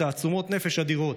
בתעצומות נפש אדירות,